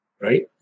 right